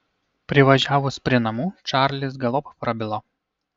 privažiavus prie namų čarlis galop prabilo